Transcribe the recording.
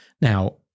Now